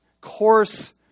coarse